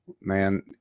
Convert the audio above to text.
man